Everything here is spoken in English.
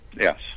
Yes